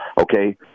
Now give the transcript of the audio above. okay